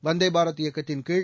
வந்தேபாரத் இயக்கத்தின்கீழ்